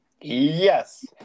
Yes